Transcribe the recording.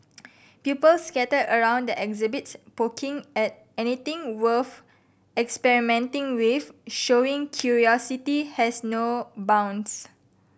pupils scattered around the exhibits poking at anything worth experimenting with showing curiosity has no bounds